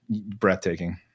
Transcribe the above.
breathtaking